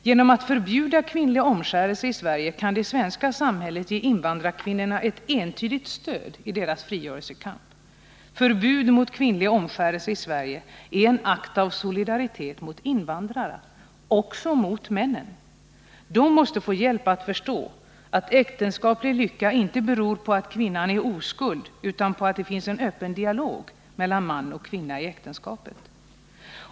Genom att förbjuda kvinnlig omskärelse i Sverige kan det svenska samhället ge invandrarkvinnorna ett entydigt stöd i deras frigörelsekamp. Förbud mot kvinnlig omskärelse i Sverige är en akt av solidaritet med invandrarna — också mot männen. De måste få hjälp att förstå att äktenskaplig lycka inte beror på att kvinnan är oskuld utan på att det finns en öppen dialog mellan man och kvinna i äktenskapet.